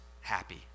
happy